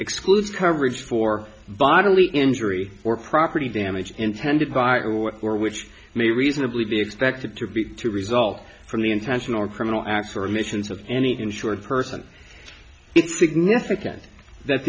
excludes coverage for bodily injury or property damage intended viral or which may reasonably be expected to be to result from the intentional or criminal acts or emissions of any insured person it's significant that